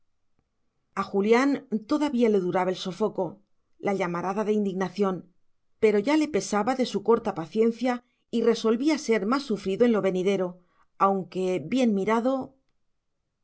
a julián todavía le duraba el sofoco la llamarada de indignación pero ya le pesaba de su corta paciencia y resolvía ser más sufrido en lo venidero aunque bien mirado